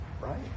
right